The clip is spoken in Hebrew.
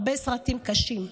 הרבה סרטים קשים.